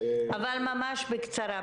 אבל ממש בקצרה.